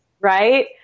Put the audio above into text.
right